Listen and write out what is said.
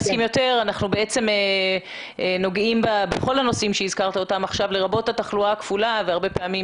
אנחנו נוגעים בכל הנושאים שהזכרת לרבות התחלואה הכפולה והרבה פעמים